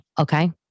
Okay